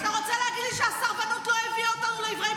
אתה רוצה להגיד לי שהסרבנות לא הביאה אותנו לעברי פי פחת?